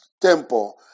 temple